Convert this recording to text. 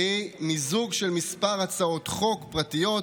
והיא מיזוג של כמה הצעות חוק פרטיות,